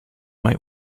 might